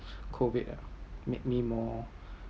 COVID uh make me more